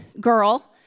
girl